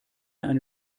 eine